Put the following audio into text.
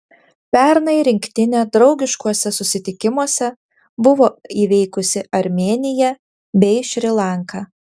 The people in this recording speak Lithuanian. pernai rinktinė draugiškuose susitikimuose buvo įveikusi armėniją bei šri lanką